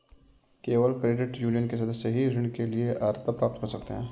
केवल credit union के सदस्य ही ऋण के लिए अर्हता प्राप्त कर सकते हैं